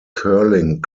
curling